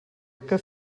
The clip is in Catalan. que